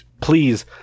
Please